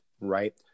Right